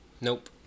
Nope